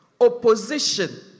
opposition